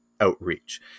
outreach